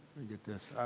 get this,